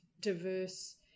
diverse